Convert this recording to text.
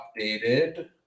updated